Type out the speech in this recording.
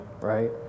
right